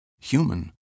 human